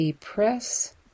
Press